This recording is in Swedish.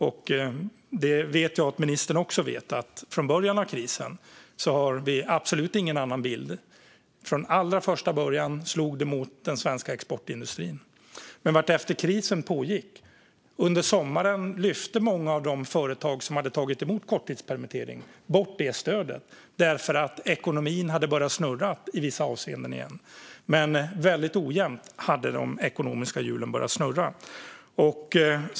Och jag vet att också ministern vet att från början av krisen har vi absolut ingen annan bild. Från allra första början slog den mot den svenska exportindustrin. Men vartefter krisen pågick lyfte många av de företag som hade tagit emot korttidspermitteringsstödet bort stödet under sommaren, därför att ekonomin i vissa avseenden hade börjat snurra igen. Men de ekonomiska hjulen hade börjat snurra väldigt ojämnt.